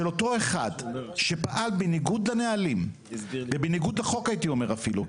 אותו אחד שפעל בניגוד לנהלים ובניגוד לחוק הייתי אומר אפילו,